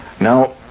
Now